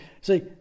See